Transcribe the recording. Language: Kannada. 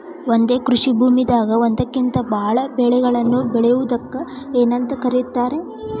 ಒಂದೇ ಕೃಷಿ ಭೂಮಿದಾಗ ಒಂದಕ್ಕಿಂತ ಭಾಳ ಬೆಳೆಗಳನ್ನ ಬೆಳೆಯುವುದಕ್ಕ ಏನಂತ ಕರಿತಾರೇ?